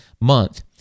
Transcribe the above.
month